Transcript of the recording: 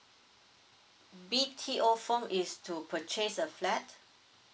B_T_O form is to purchase a flat